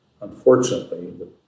unfortunately